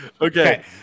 Okay